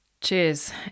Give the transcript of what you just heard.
Cheers